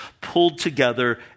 pulled-together